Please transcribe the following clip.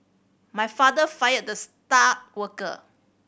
my father fired the star worker